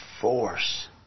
force